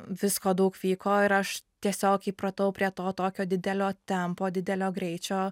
visko daug vyko ir aš tiesiog įpratau prie to tokio didelio tempo didelio greičio